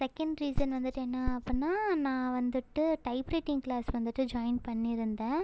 second reason வந்துட்டு என்ன அப்புடின்னா நான் வந்துட்டு டைப்ரைட்டிங் கிளாஸ் வந்துட்டு ஜாயின் பண்ணியிருந்தேன்